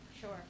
Sure